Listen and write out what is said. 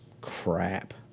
crap